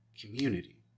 community